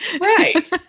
Right